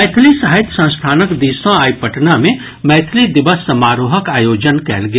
मैथिली साहित्य संस्थानक दिस सँ आइ पटना मे मैथिली दिवस समारोहक आयोजन कयल गेल